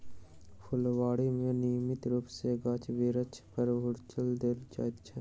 फूलबाड़ी मे नियमित रूप सॅ गाछ बिरिछ पर छङच्चा देल जाइत छै